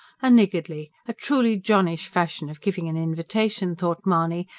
a niggardly a truly john-ish fashion of giving an invitation, thought mahony,